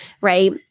Right